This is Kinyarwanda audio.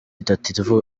itatu